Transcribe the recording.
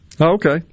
okay